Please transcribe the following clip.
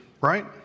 right